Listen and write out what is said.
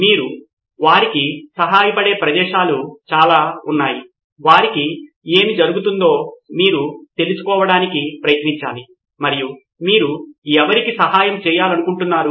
మీరు వారికి సహాయపడే ప్రదేశాలు చాలా ఉన్నాయి వారికి ఏమి జరుగుతుందో మీరు తెలుసుకోవడానికి ప్రయత్నించాలి మరియు మీరు ఎవరికి సహాయం చేయాలనుకుంటున్నారు